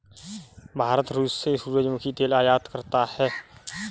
भारत रूस से सूरजमुखी तेल आयात करता हैं